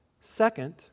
Second